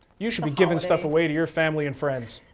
you should be giving stuff away to your family and friends.